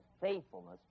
faithfulness